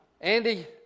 Andy